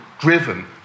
driven